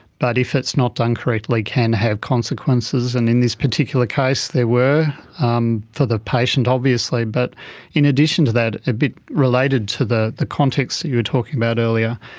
but if it's not done correctly can have consequences, and in this particular case there were, um for the patient obviously. but in addition to that, a bit related to the the context that you were talking about earlier,